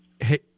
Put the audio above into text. Hey